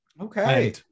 Okay